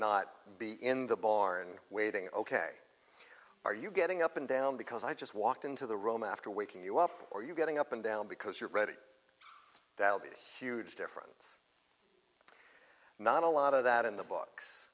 not be in the barn waiting ok are you getting up and down because i just walked into the room after waking you up or you getting up and down because you're ready that'll be a huge difference not a lot of that in the books